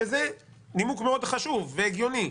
שזה נימוק מאוד חשוב והגיוני.